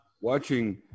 watching